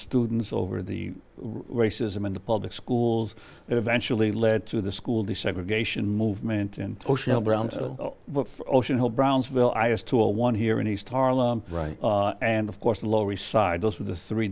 students over the racism in the public schools that eventually led to the school desegregation movement and ocean hope brownsville i used to a one here in east harlem right and of course the lower east side those with the three